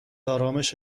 آرامش